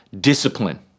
discipline